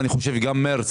ואני חושב שזה יהיה גם במרץ,